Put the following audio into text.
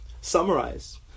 summarize